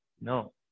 No